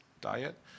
diet